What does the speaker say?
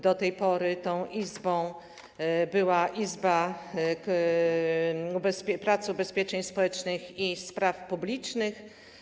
Do tej pory tą izbą była Izba Pracy, Ubezpieczeń Społecznych i Spraw Publicznych.